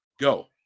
go